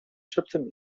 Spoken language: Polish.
szeptem